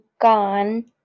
gone